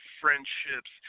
friendships